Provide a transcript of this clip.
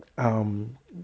um